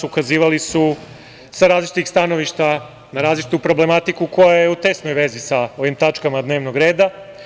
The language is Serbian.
Ukazivali su sa različitih stanovišta na različitu problematiku koja je u tesnoj vezi sa ovim tačkama dnevnog reda.